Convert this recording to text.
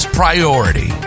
priority